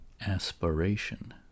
Aspiration